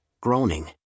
groaning